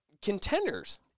contenders